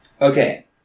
Okay